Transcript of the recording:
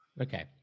Okay